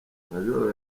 majoro